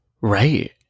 Right